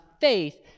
faith